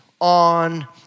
on